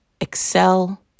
excel